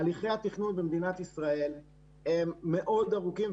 הליכי התכנון במדינת ישראל הם מאוד ארוכים,